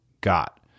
got